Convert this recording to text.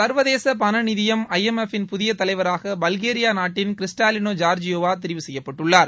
சர்வதேச பண நிதியம் ஐ எம் எஃப் ன் புதிய தலைவராக பல்கேரியா நாட்டின் க்ரிஸ்டாலினா ஜார்ஜியேவா தெரிவு செய்யப்பட்டுள்ளார்